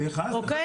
אוקיי?